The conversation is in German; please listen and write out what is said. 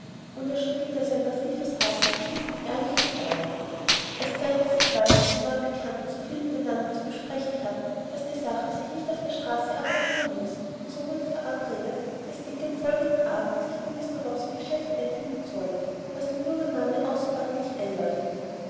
und er schüttelte sein massives haupt mit tiefem ehrlichem bedauern es zeigte sich bald daß die neuen bekannten so viel miteinander zu besprechen hatten daß die sache sich nicht auf der straße abmachen ließ und so wurde verabredet daß dick am folgenden abend sich bei mr hobbs im geschäft einfinden sollte was dem jungen manne außerordentlich einleuchtete